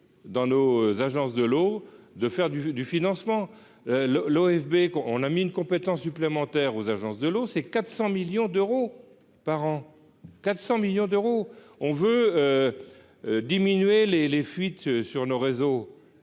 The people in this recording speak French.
dans nos agences de l'eau, de faire du du financement, le l'OSB qu'on a mis une compétence supplémentaire aux agences de l'eau, c'est 400 millions d'euros par an 400 millions d'euros on veut diminuer les les fuites sur nos réseaux,